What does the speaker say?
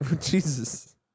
Jesus